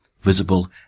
visible